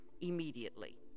immediately